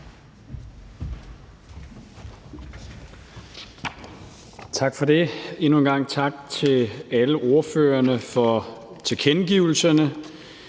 Tak for det. Endnu en gang tak til alle ordførerne for tilkendegivelserne.